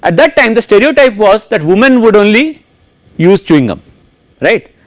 ah that time the stereo type was that women would only use chewing gum right,